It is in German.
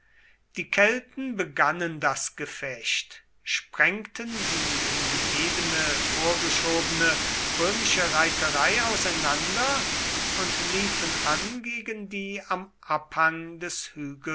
die kelten begannen das gefecht sprengten die in die ebene vorgeschobene römische reiterei auseinander und liefen an gegen die am abhang